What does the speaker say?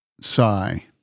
Sigh